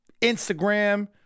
Instagram